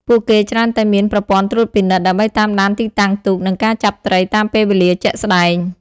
ពួកគេច្រើនតែមាន ប្រព័ន្ធត្រួតពិនិត្យ ដើម្បីតាមដានទីតាំងទូក និងការចាប់ត្រីតាមពេលវេលាជាក់ស្តែង។